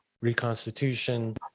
reconstitution